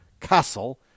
Castle